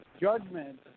judgment